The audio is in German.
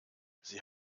sie